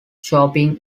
chopping